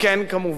כמובן,